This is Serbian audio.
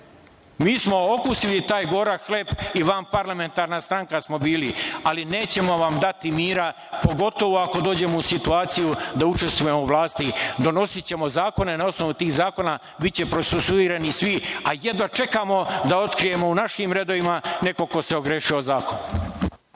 Mi smo okusili taj gorak hleb i vanparlamentarna stranka smo bili, ali nećemo vam dati mira, pogotovo ako dođemo u situaciju da učestvujemo u vlasti. Donosićemo zakone, na osnovu tih zakona biće procesuirani svi, a jedva čekamo da otkrijemo u našim redovima nekog ko se ogrešio o zakon.